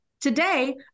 Today